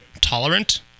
tolerant